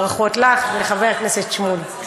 ברכות לךְ ולחבר הכנסת שמולי.